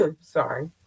Sorry